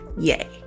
Yay